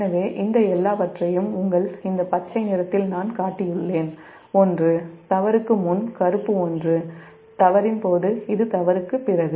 எனவே இந்த எல்லாவற்றையும் இந்த பச்சை நிறத்தில் நான் காட்டியுள்ளேன் ஒன்று தவறுக்கு முன் கருப்பு ஒன்று தவறின் போது இது தவறுக்குப் பிறகு